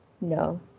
no